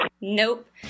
Nope